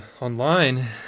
online